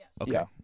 Okay